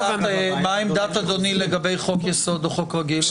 מה עמדת אדוני לגבי חוק-יסוד או חוק רגיל?